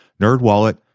Nerdwallet